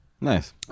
Nice